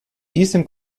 diesem